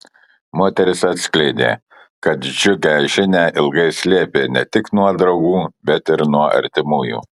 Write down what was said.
moteris atskleidė kad džiugią žinią ilgai slėpė ne tik nuo draugų bet ir nuo artimųjų